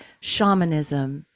Shamanism